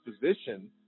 position